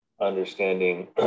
understanding